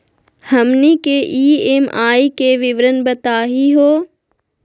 हमनी के ई.एम.आई के विवरण बताही हो?